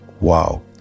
Wow